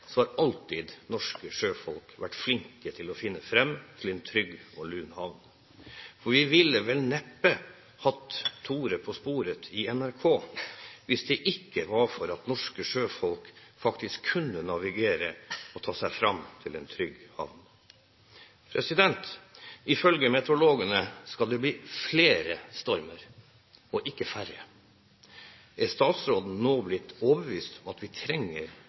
har alltid norske sjøfolk vært flinke til å finne fram til en trygg og lun havn. Vi ville vel neppe hatt «Tore på sporet» i NRK hvis det ikke var for at norske sjøfolk faktisk kunne navigere og ta seg fram til en trygg havn. Ifølge meteorologene skal det bli flere stormer, ikke færre. Er statsråden nå blitt overbevist om at vi trenger